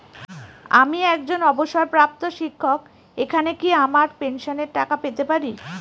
আমি একজন অবসরপ্রাপ্ত শিক্ষক এখানে কি আমার পেনশনের টাকা পেতে পারি?